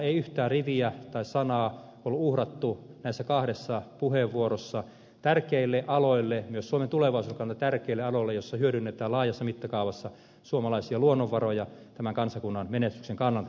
ei yhtään riviä tai sanaa ollut uhrattu näissä kahdessa puheenvuorossa tärkeille aloille myös suomen tulevaisuuden kannalta tärkeille aloille joilla hyödynnetään laajassa mittakaavassa suomalaisia luonnonvaroja tämän kansakunnan menestyksen kannalta